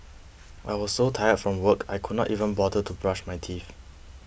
I was so tired from work I could not even bother to brush my teeth